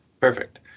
Perfect